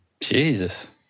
Jesus